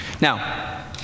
Now